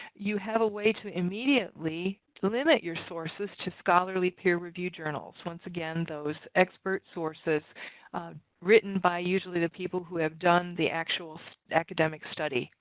you have a way to immediately limit your sources to scholarly peer-reviewed journals once again, those expert sources written by usually the people who have the actual academic study,